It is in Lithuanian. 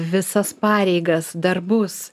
visas pareigas darbus